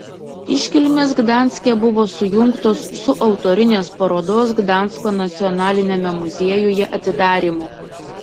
iškilmės gdanske buvo sujungtos su autorinės parodos gdansko nacionaliniame muziejuje atidarymu